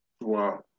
Wow